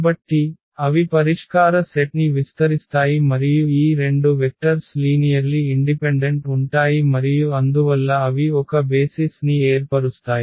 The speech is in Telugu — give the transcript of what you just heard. కాబట్టి అవి పరిష్కార సెట్ని విస్తరిస్తాయి మరియు ఈ రెండు వెక్టర్స్ లీనియర్లి ఇండిపెండెంట్ ఉంటాయి మరియు అందువల్ల అవి ఒక బేసిస్ ని ఏర్పరుస్తాయి